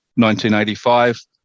1985